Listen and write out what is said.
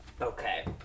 Okay